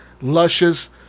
luscious